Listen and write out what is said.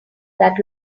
that